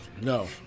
No